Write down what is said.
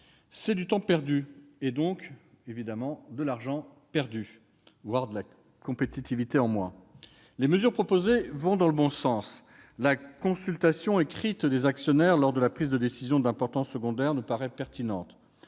c'est du temps perdu, et donc, évidemment, de l'argent perdu, voire de la compétitivité en moins. Les mesures proposées vont dans le bon sens. La consultation écrite des actionnaires lors de la prise de décisions d'importance secondaire nous paraît pertinente.